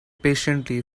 patiently